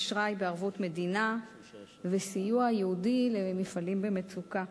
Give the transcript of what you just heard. אשראי בערבות מדינה וסיוע ייעודי למפעלים במצוקה.